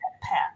Path